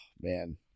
man